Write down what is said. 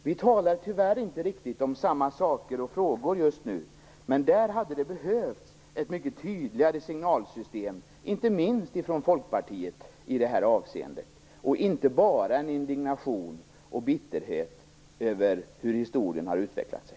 Vi talar tyvärr inte riktigt om samma saker och samma frågor just nu, men det hade behövts ett mycket tydligare signalsystem, inte minst från Folkpartiet, i det här avseendet, och inte bara en indignation och bitterhet över hur historien har utvecklat sig.